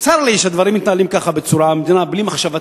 צר לי שהדברים מתנהלים ככה, בלי מחשבה תחילה,